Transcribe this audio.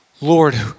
Lord